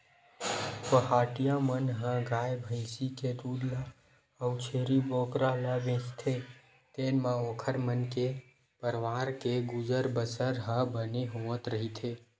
पहाटिया मन ह गाय भइसी के दूद ल अउ छेरी बोकरा ल बेचथे तेने म ओखर मन के परवार के गुजर बसर ह बने होवत रहिथे